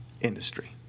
industry